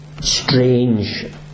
strange